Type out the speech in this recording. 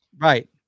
Right